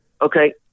Okay